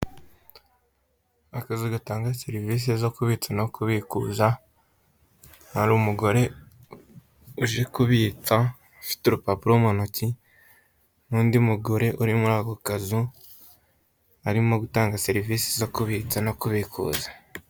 Akazu gatanga serivise zo kubitsa no kubikuza, hari umugore uje kubitsa ufite urupapuro mu ntoki, n'undi mugore uri muri ako kazu, arimo gutanga serivise zo kubitsa no kubikuza.